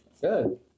Good